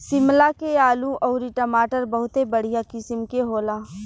शिमला के आलू अउरी टमाटर बहुते बढ़िया किसिम के होला